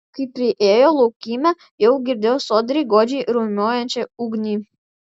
kai priėjo laukymę jau girdėjo sodriai godžiai riaumojančią ugnį